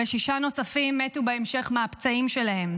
ושישה נוספים מתו בהמשך מהפצעים שלהם.